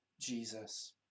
Jesus